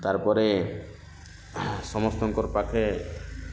ତାର୍ ପରେ ସମସ୍ତଙ୍କର ପାଖେ